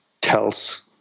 tells